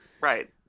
Right